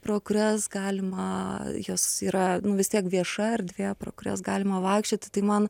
pro kurias galima jos yra vis tiek vieša erdvė pro kurias galima vaikščioti tai man